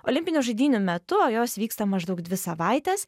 olimpinių žaidynių metu o jos vyksta maždaug dvi savaites